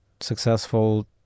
successful